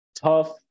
tough